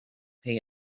pay